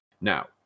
Now